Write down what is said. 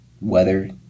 weather